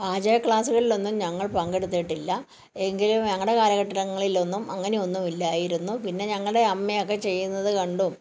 പാചക ക്ലാസ്സുകളിലൊന്നും ഞങ്ങൾ പങ്കെടുത്തിട്ടില്ല എങ്കിലും ഞങ്ങളുടെ കാലഘട്ടങ്ങളിൽ ഒന്നും അങ്ങനെ ഒന്നും ഇല്ലായിരുന്നു പിന്നെ ഞങ്ങളുടെ അമ്മയൊക്കെ ചെയ്യുന്നത് കണ്ടും